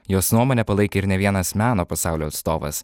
jos nuomone palaikė ir ne vienas meno pasaulio atstovas